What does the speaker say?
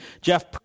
Jeff